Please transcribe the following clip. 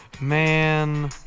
Man